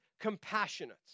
compassionate